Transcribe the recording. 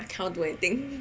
I cannot do anything